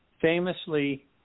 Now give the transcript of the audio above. famously